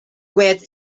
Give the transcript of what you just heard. with